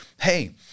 hey